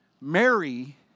Mary